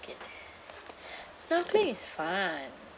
snorkeling is fun